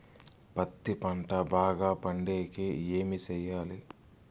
పత్తి పంట బాగా పండే కి ఏమి చెయ్యాలి?